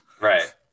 right